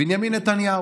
בנימין נתניהו,